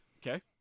Okay